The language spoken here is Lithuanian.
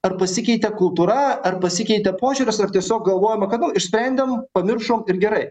ar pasikeitė kultūra ar pasikeitė požiūris ar tiesiog galvojama kad nu išsprendėm pamiršom ir gerai